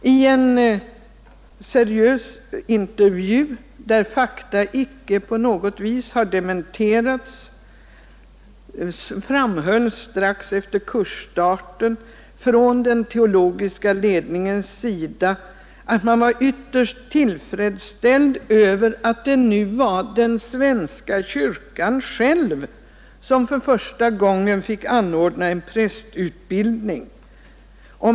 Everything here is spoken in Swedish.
I en seriös intervju, vars fakta icke på något sätt har dementerats, framhölls strax efter kursstarten från den teologiska ledningens sida att man var ytterst tillfredsställd över att det nu var den svenska kyrkan själv som för första gången fick anordna en prästutbildning.